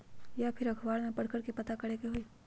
या फिर अखबार में पढ़कर के पता करे के होई?